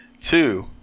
Two